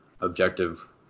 objective